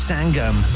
Sangam